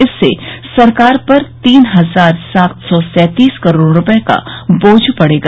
इससे सरकार पर तीन हजार सात सौ सैतीस करोड़ रूपये का बोझ पड़ेगा